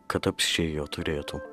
kad apsčiai jo turėtų